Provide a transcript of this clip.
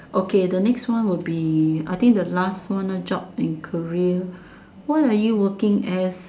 okay the next one will be I think the last one lah jobs and career what are you working as